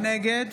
נגד